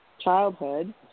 childhood